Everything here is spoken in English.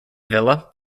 villa